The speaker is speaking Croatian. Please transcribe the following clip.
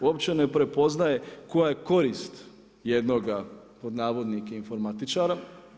Uopće ne prepoznaje, koja je korist jednoga „informatičara“